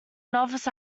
novice